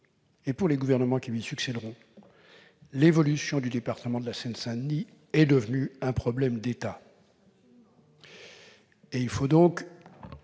pour les gouvernements qui lui succéderont, l'évolution du département de la Seine-Saint-Denis est devenue un problème d'État. Absolument